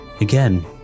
Again